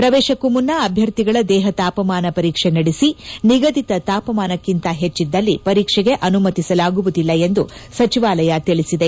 ಪ್ರವೇಶಕ್ಕೂ ಮುನ್ನ ಅಭ್ದರ್ಥಿಗಳ ದೇಹ ತಾಪಮಾನ ಪರೀಕ್ಷೆ ನಡೆಸಿ ನಿಗದಿತ ತಾಪಮಾನಕ್ಕಿಂತ ಹೆಚ್ಚದ್ದಲ್ಲಿ ಪರೀಕ್ಷೆಗೆ ಅನುಮತಿಸಲಾಗುವುದಿಲ್ಲ ಎಂದು ಸಚಿವಾಲಯ ತಿಳಿಸಿದೆ